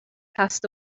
passed